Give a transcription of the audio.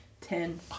Ten